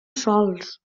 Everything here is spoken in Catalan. sols